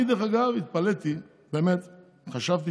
אני, דרך אגב, התפלאתי, באמת, חשבתי